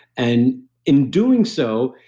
and in doing so,